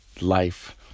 life